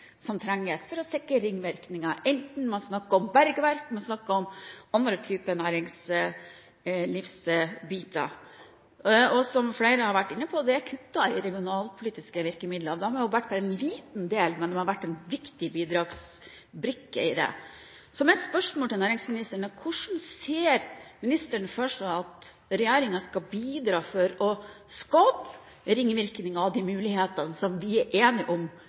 som trengs for å sikre ringvirkninger, enten man snakker om bergverk eller andre typer næringsliv. Og som flere har vært inne på, er det blitt kuttet i de regionalpolitiske virkemidlene. De har bare vært et lite, men viktig bidrag i dette. Mitt spørsmål til næringsministeren er: Hvordan ser ministeren for seg at regjeringen skal bidra for å skape ringvirkninger av de mulighetene som vi er enige om